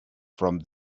from